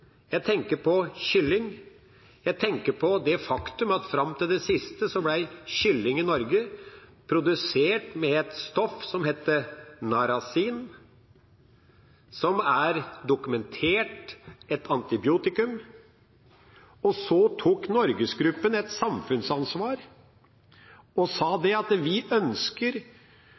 Jeg tenker på NorgesGruppen, jeg tenker på kylling, jeg tenker på det faktum at fram til det siste ble kylling i Norge produsert med et stoff som heter narasin, som det er dokumentert er et antibiotikum. Så tok NorgesGruppen samfunnsansvar og sa at de ønsket å komme vekk fra det